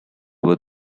were